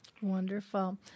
Wonderful